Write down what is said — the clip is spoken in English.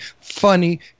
funny